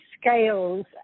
scales